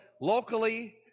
locally